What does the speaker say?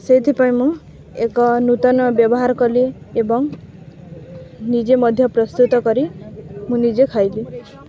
ସେଇଥିପାଇଁ ମୁଁ ଏକ ନୂତନ ବ୍ୟବହାର କଲି ଏବଂ ନିଜେ ମଧ୍ୟ ପ୍ରସ୍ତୁତ କରି ମୁଁ ନିଜେ ଖାଇଲି